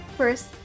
First